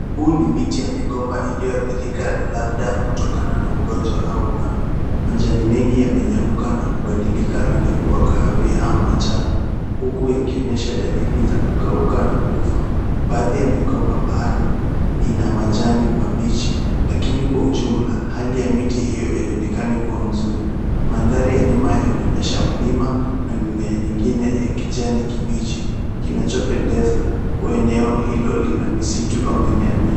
Huu ni miti ya migomba aliyoadhirika labda kutokana na ugonjwa au ukame. Majani mengi yamenyauka na kubadilika rangi kuwa kahawia au majano huku yakionyesha dalili za kukauka na kufa. Baadhi ya migomba bado ina majani mabichi lakini kwa ujumla hali ya miti hiyo haionekani kuwa nzuri. Mandhari ya nyuma yanaonyesha mlima na mimema nyingine ya kijani kibichi kinachopendeza kuwa eneo hilo lina misitu au mimea mingi.